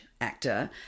actor